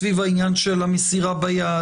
סביב העניין של המסירה ביד,